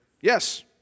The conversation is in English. Yes